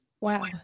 Wow